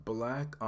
Black